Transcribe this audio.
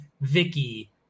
Vicky